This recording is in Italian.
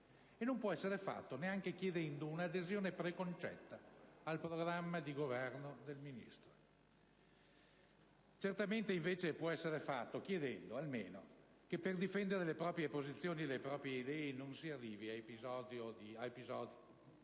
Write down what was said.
e non può essere fatto neanche chiedendo un'adesione preconcetta al programma di governo del Ministro. Certamente, invece, può essere fatto chiedendo - almeno - che per difendere le proprie posizioni e idee non si arrivi a episodi di vero